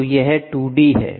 तो यह 2 डी है